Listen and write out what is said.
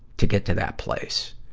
to get to that place?